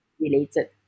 related